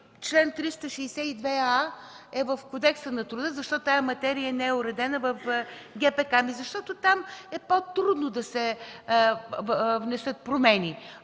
чл. 362а е в Кодекса на труда, защо тази материя не е уредена в ГПК? Защото там е по-трудно да се внесат промени,